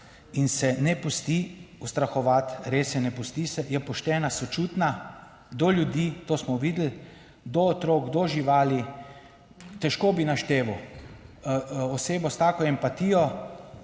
in se ne pusti ustrahovati, res se ne pusti, je poštena, sočutna do ljudi, to smo videli, do otrok, do živali, težko bi našteval osebo s tako empatijo